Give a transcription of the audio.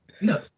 No